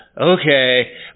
okay